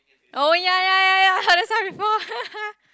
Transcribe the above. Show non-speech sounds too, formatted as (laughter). oh ya ya ya ya heard that sound before (laughs)